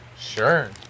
sure